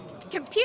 Computer